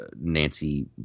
Nancy